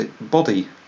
body